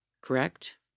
Correct